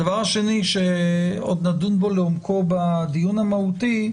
הדבר השני, שעוד נדון בו לעומקו בדיון המהותי,